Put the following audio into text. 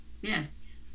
Yes